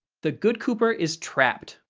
the good cooper is trapped,